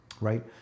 Right